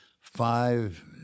five